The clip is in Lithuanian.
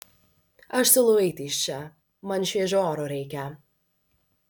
aš siūlau eiti iš čia man šviežio oro reikia